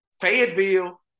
Fayetteville